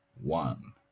one